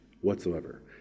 whatsoever